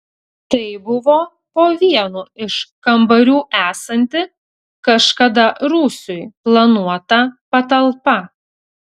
tai buvo po vienu iš kambarių esanti kažkada rūsiui planuota patalpa